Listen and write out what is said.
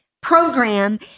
Program